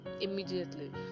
immediately